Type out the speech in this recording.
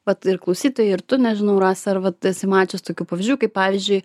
vat ir klausytojai ir tu nežinau rasa ar vat esi mačius tokių pavyzdžių kai pavyzdžiui